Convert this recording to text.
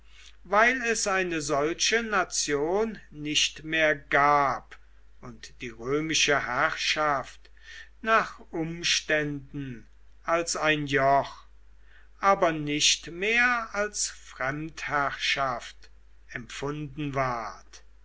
weil es eine solche nation nicht mehr gab und die römische herrschaft nach umständen als ein joch aber nicht mehr als fremdherrschaft empfunden ward